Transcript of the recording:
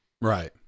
Right